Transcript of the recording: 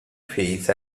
face